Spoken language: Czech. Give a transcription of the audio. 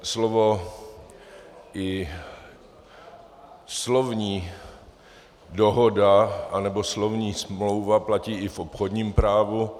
Slovo i slovní dohoda anebo slovní smlouva platí i v obchodním právu.